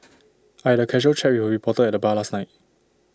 I had A casual chat with A reporter at the bar last night